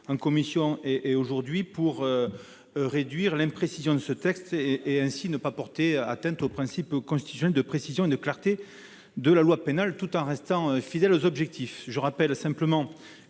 en commission et en séance, en réduisant l'imprécision du texte, afin de ne pas porter atteinte au principe constitutionnel de précision et de clarté de la loi pénale, tout en restant fidèle aux objectifs. Je rappelle simplement